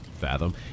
fathom